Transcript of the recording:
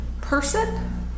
person